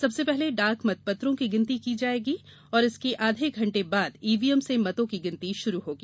सबसे पहले डाक मतपत्रों की गिनती की जाएगी और इसके आधे घन्टे बाद ईवीएम से मतों की गिनती शुरू होगी